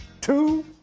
two